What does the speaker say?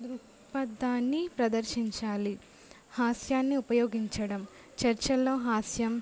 దృక్పథాన్ని ప్రదర్శించాలి హాస్యాన్ని ఉపయోగించడం చర్చలలో హాస్యం